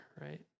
right